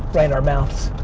right in our mouths.